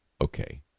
Okay